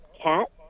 cat